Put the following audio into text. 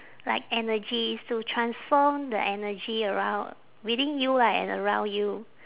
like energies to transform the energy around within you ah and around you